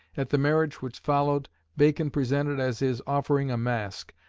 at the marriage which followed bacon presented as his offering a masque,